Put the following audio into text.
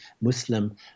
Muslim